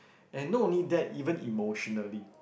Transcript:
and not only that even emotionally